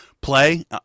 play